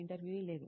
ఇంటర్వ్యూఈ లేదు